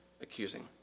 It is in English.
accusing